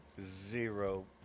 Zero